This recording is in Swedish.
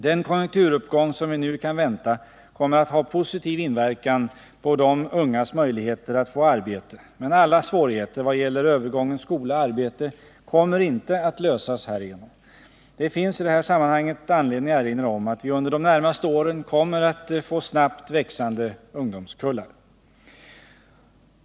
Den konjunkturuppgång som vi nu kan vänta kommer att ha positiv inverkan på de ungas möjligheter att få arbete, men alla svårigheter vad gäller övergången skola-arbete kommer inte att lösas härigenom. Det finns i detta sammanhang anledning erinra om att vi under de närmaste åren kommer att få snabbt växande ungdomskullar.